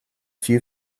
few